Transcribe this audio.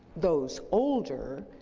those older,